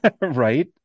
right